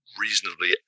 reasonably